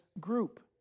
group